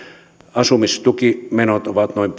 asumistukimenot ovat noin